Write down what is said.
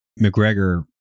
McGregor